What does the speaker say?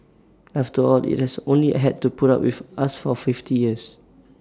after all IT has only had to put up with us for fifty years